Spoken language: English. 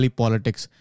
politics